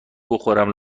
بخورم